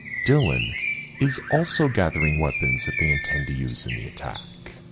dylan is also gathering weapons that they intend to use in the attack.